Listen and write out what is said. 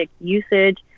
usage